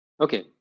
Okay